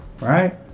Right